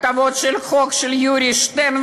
הטבות של חוק של יורי שטרן,